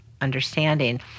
understanding